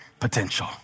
Potential